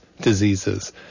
diseases